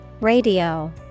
Radio